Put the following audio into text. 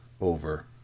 over